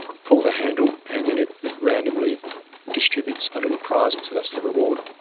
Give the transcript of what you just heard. pull the handle, and then it it randomly distributes a little prize, so that's the reward.